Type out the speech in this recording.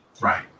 Right